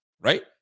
right